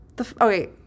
Okay